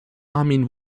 armin